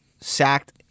sacked